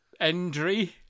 Endry